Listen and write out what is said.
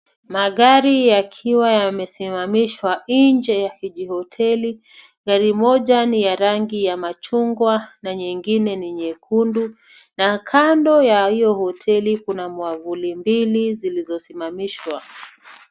Magari yakiwa yamesimamishwa nje ya kijihoteli. Gari moja ni ya rangi ya machungwa na nyingine ni nyekundu, na kando ya hiyo hoteli kuna mwavuli mbili zilizosimamishwa.